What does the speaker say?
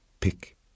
Pick